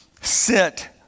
sit